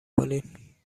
کنین